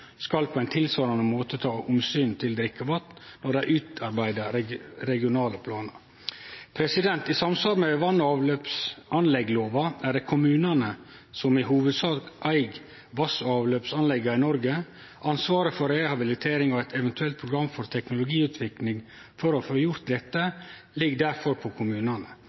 skal på ein tilsvarande måte ta omsyn til drikkevatn når dei utarbeider regionale planar. I samsvar med vass- og avløpsanleggslova er det kommunane som i hovudsak eig vass- og avløpsanlegga i Noreg. Ansvaret for rehabilitering og eit eventuelt program for teknologiutvikling for å få gjort dette ligg difor på kommunane.